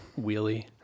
wheelie